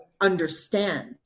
understand